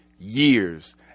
years